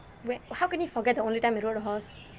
when how can you forget the only time you rode a horse